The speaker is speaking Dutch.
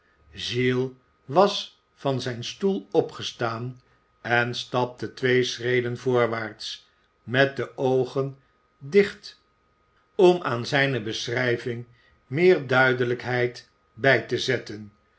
giles was van zijn stoel opgestaan en stapte twee schreden voorwaarts met de oogen dicht om aan zijne beschrijving meer duidelijkheid bij te zetten